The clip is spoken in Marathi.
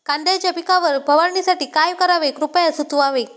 कांद्यांच्या पिकावर फवारणीसाठी काय करावे कृपया सुचवावे